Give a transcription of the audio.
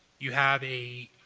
you have a